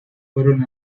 fueron